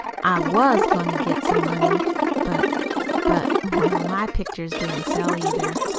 i was goin' to get some money but but, well my pictures didn't sell, either.